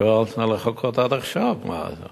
בבקשה, שהואלת לחכות עד עכשיו, מה?